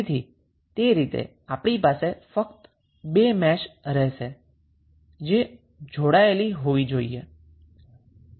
તેથી તે રીતે આપણી પાસે ફક્ત બે મેશ રહેશે જે જોડાયેલી હશે